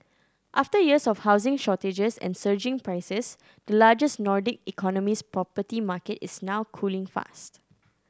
after years of housing shortages and surging prices the largest Nordic economy's property market is now cooling fast